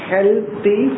Healthy